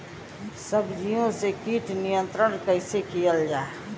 सब्जियों से कीट नियंत्रण कइसे कियल जा?